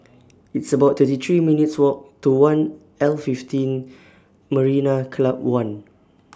It's about thirty three minutes' Walk to one L fifteen Marina Club one